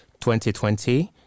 2020